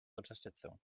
unterstützung